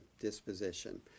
disposition